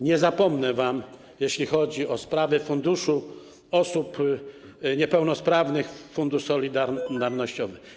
Nie zapomnę wam, jeśli chodzi o sprawy funduszu osób niepełnosprawnych, o Fundusz Solidarnościowy.